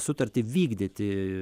sutartį vykdyti